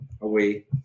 away